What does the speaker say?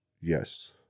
Yes